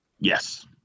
Yes